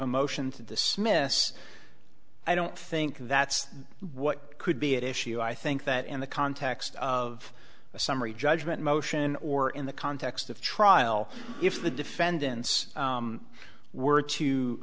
a motion to dismiss i don't think that's what could be at issue i think that in the context of a summary judgment motion or in the context of trial if the defendants were to